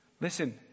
Listen